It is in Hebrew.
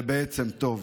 זה בעצם טוב.